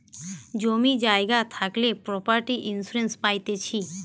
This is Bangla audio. জমি জায়গা থাকলে প্রপার্টি ইন্সুরেন্স পাইতিছে